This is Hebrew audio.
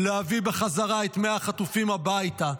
להביא חזרה את מאה החטופים הביתה.